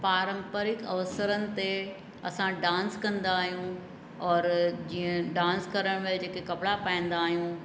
पारंपरिक अवसरनि ते असां डांस कंदा आहियूं और जीअं डांस करण में जेके कपिड़ा पाईंदा आहियूं